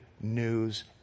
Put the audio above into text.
news